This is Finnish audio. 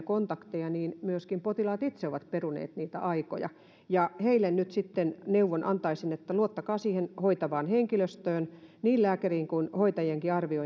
kontaktien välttämistä niin myöskin potilaat itse ovat peruneet niitä aikoja ja heille nyt sitten neuvon antaisin että luottakaa siihen hoitavaan henkilöstöön niin lääkärien kuin hoitajienkin arviointiin